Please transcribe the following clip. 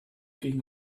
gegen